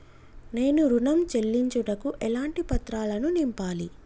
నేను ఋణం చెల్లించుటకు ఎలాంటి పత్రాలను నింపాలి?